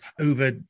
over